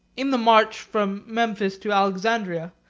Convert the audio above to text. in the march from memphis to alexandria,